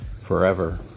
forever